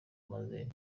maze